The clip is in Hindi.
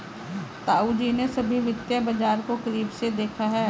ताऊजी ने सभी वित्तीय बाजार को करीब से देखा है